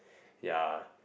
ya